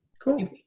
Cool